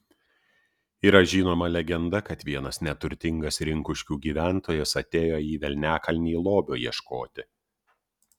yra žinoma legenda kad vienas neturtingas rinkuškių gyventojas atėjo į velniakalnį lobio ieškoti